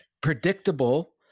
predictable